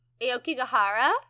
Aokigahara